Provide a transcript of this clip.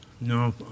no